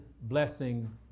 blessing